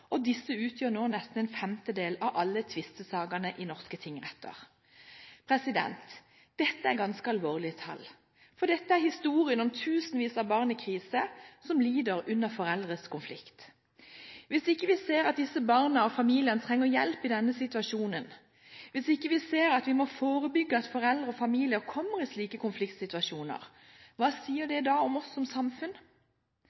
og disse utgjør nå nesten en femtedel av alle tvistesakene i norske tingretter. Dette er ganske alvorlige tall, for dette er historien om tusenvis av barn i krise som lider under foreldrenes konflikt. Hvis ikke vi ser at disse barna og familiene trenger hjelp i denne situasjonen, hvis ikke vi ser at vi må forebygge at foreldre og familier kommer i slike konfliktsituasjoner, hva sier